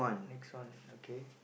next one okay